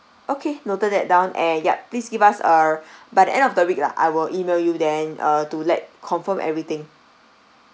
okay noted that down and yup please give us uh by the end of the week lah I will email you then uh to let confirm everything